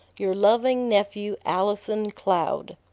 your loving nephew, allison cloud.